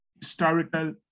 historical